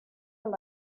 less